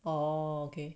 oh okay